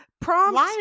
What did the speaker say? prompt